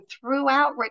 throughout